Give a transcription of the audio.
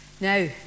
Now